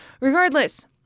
regardless